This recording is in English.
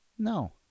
No